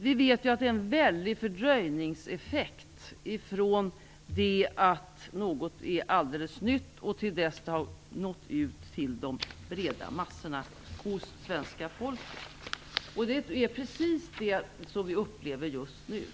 Vi vet ju att det är en väldig fördröjningseffekt från det att något är alldeles nytt till dess det har nått ut till de breda massorna hos svenska folket. Det är precis det som vi upplever just nu.